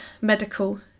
medical